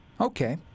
Okay